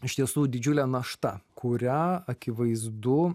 iš tiesų didžiulė našta kurią akivaizdu